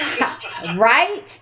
Right